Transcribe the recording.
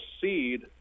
seed